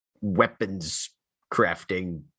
weapons-crafting